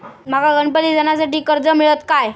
माका गणपती सणासाठी कर्ज मिळत काय?